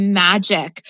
magic